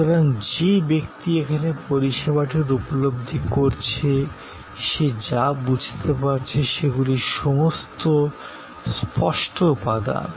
সুতরাং যে ব্যক্তি এখানে পরিষেবাটির উপলব্ধি করছে সে যা বুঝতে পারছে সেগুলি সমস্ত স্পষ্ট উপাদান